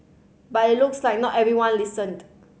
but it looks like not everyone listened